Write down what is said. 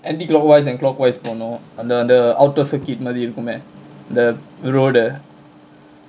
anticlockwise and clockwise போனும் அந்த அந்த:ponum antha antha outer circuit மாரி இருக்குமே:maari irukkumae road uh